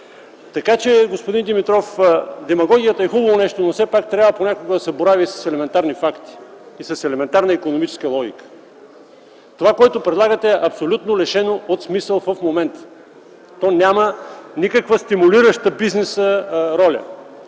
хора. Господин Димитров, демагогията е хубаво нещо, но все пак понякога трябва да се борави с елементарни факти и елементарна икономическа логика. Това, което предлагате, е абсолютно лишено от смисъл в момента. То няма никаква стимулираща бизнес роля,